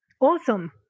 Awesome